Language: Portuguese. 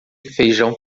feijão